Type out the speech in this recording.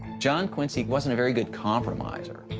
john quincy wasn't a very good compromiser.